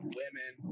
women